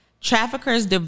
traffickers